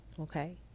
Okay